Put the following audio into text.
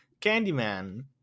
Candyman